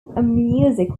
music